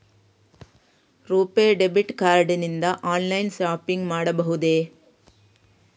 RuPay debit card ನಿಂದ online shopping ಮಾಡಬಹುದೇ?